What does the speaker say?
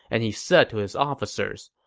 and he said to his officers,